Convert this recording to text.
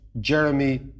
jeremy